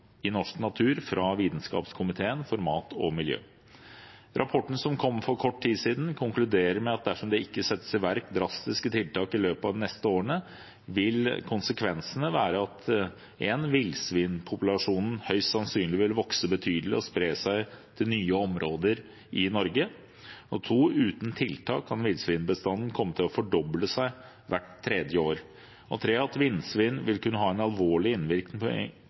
norsk natur fra Vitenskapskomiteen for mat og miljø. Rapporten, som kom for kort tid siden, konkluderer med at dersom det ikke settes i verk drastiske tiltak i løpet av de neste årene, vil konsekvensene være 1) at villsvinpopulasjonen høyst sannsynlig vil vokse betydelig og spre seg til nye områder i Norge, 2) at uten tiltak kan villsvinbestanden fordoble seg hvert tredje år, og 3) at villsvin vil kunne ha en alvorlig innvirkning på